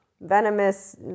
venomous